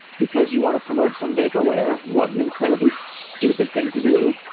because you want to promote some vaporware, what an incredibly stupid thing to do?